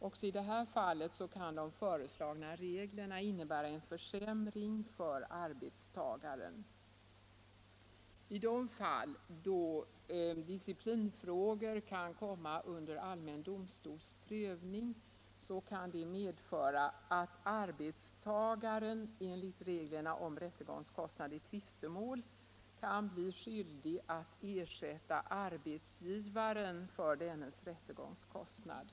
Också i detta fall kan de föreslagna reglerna innebära 28 maj 1975 en försämring för arbetstagaren. I de fall då disciplinfrågor kan komma I under allmän domstols prövning kan det medföra att arbetstagaren enligt — Ansvar för funktioreglerna om rättegångskostnad i tvistemål kan bli skyldig att ersätta ar — närer i offentlig betsgivaren för dennes rättegångskostnad.